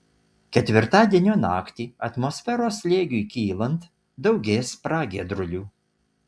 ketvirtadienio naktį atmosferos slėgiui kylant daugės pragiedrulių